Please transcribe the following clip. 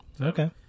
Okay